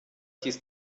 dies